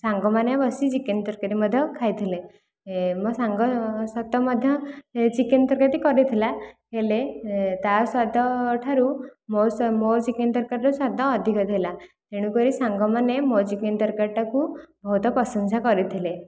ସାଙ୍ଗମାନେ ବସି ଚିକେନ ତରକାରୀ ମଧ୍ୟ ଖାଇଥିଲେ ମୋ ସାଙ୍ଗ ସହିତ ମଧ୍ୟ ଚିକେନ ତରକାରୀଟି କରିଥିଲା ହେଲେ ତା ସ୍ୱାଦଠାରୁ ମୋ ମୋ ଚିକେନ ତରକାରୀର ସ୍ୱାଦ ଅଧିକ ଥିଲା ଏଣୁ କରି ସାଙ୍ଗମାନେ ମୋ ଚିକେନ ତରକାରୀଟାକୁ ବହୁତ ପ୍ରଶଂସା କରିଥିଲେ